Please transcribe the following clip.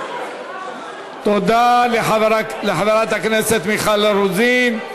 תודה לחברת הכנסת מיכל רוזין.